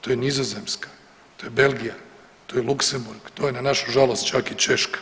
to je Nizozemska, to je Belgija, to je Luksemburg, to je na našu žalost čak i Češka.